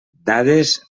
dades